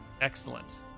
Excellent